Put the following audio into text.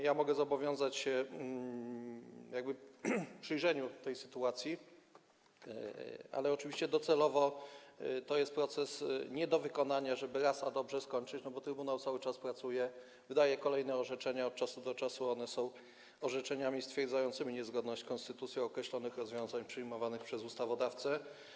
Ja mogę zobowiązać się do przyjrzenia się sytuacji, ale oczywiście docelowo to jest proces nie do wykonania, żeby raz a dobrze go skończyć, bo trybunał cały czas pracuje, wydaje kolejne orzeczenia i od czasu do czasu one są orzeczeniami stwierdzającymi niezgodność z konstytucją określonych rozwiązań przyjmowanych przez ustawodawcę.